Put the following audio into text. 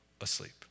asleep